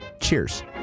Cheers